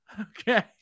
okay